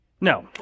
no